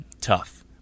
tough